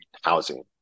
housing